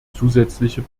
zusätzliche